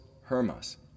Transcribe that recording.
Hermas